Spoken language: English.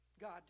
God